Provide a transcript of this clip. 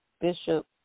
Bishop